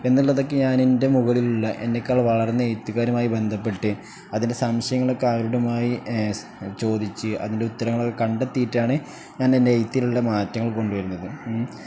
എന്നുള്ളതൊക്കെ ഞാന എൻ്റെ മുകളിലില്ല എ എന്നെക്കാ വളർന്ന എഴുത്തുകാരുമായി ബന്ധപ്പെട്ട് അതിൻ്റെ സംശയങ്ങളൊക്കെ ആരുടമായി ചോദിച്ച് അതിൻ്റെ ഉത്തരങ്ങളൊക്കെ കണ്ടെത്തിീയിട്ടാണ് ഞാൻ എൻ്റെ എഴുത്തിുള്ള മാറ്റങ്ങൾ കൊണ്ടുവരുന്നത്